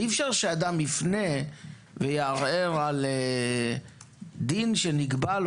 אי-אפשר שאדם יפנה ויערער על דין שנקבע לו,